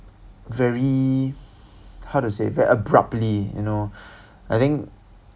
very how to say very abruptly you know I think